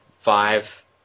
five